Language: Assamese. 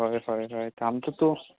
হয় হয় হয় কামটোতো